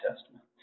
Testament